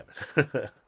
seven